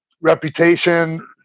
reputation